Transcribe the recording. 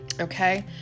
Okay